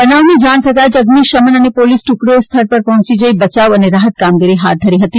બનાવની જાણ થતાં જ અઝ્નિ શમન અને પોલીસ ટુકડીઓએ સ્થળ ઉપર પહોંચી જઈને બચાવ અને રાહત કામગીરી હાથ ધરી હતી